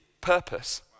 purpose